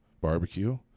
barbecue